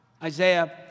Isaiah